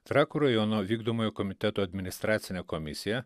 trakų rajono vykdomojo komiteto administracinė komisija